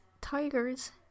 tigers